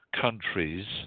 countries